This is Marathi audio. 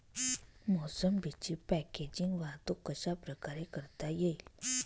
मोसंबीची पॅकेजिंग वाहतूक कशाप्रकारे करता येईल?